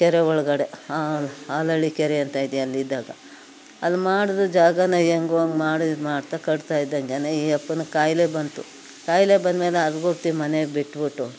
ಕೆರೆ ಒಳಗಡೆ ಆಲ ಆಲಳ್ಳಿ ಕೆರೆ ಅಂತ ಇದೆ ಅಲ್ಲಿದ್ದಾಗ ಅಲ್ಲಿ ಮಾಡಿದ್ವಿ ಜಾಗಾನ ಹೆಂಗೋ ಹಂಗೆ ಮಾಡಿ ಇದ್ಮಾಡ್ತಾ ಕಟ್ತಾಯಿದ್ದಂತೆಯೇ ಈ ಅಪ್ಪನಿಗೆ ಕಾಯಿಲೆ ಬಂತು ಕಾಯಿಲೆ ಬಂದಮೇಲೆ ಅದು ಪೂರ್ತಿ ಮನೆ ಬಿಟ್ಬಿಟ್ಟೋ